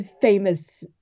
famous